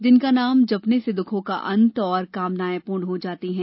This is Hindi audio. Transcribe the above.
जिनका नाम जपने से दुःखों का अंत और कामनाएं पूर्ण हो जाती हैं